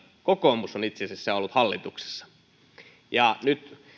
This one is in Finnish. kokoomus on itse asiassa ollut hallituksessa nyt